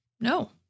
No